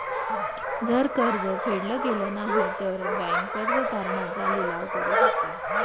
जर कर्ज फेडल गेलं नाही, तर बँक कर्ज तारण चा लिलाव करू शकते